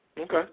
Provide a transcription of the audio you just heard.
Okay